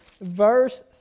verse